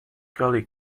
gully